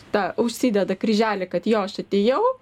tą užsideda kryželį kad jo aš atėjau